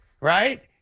Right